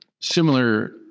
similar